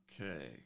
Okay